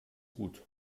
gut